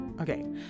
Okay